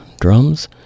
drums